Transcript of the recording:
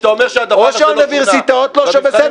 כשאתה אומר שהדבר הזה לא שונה,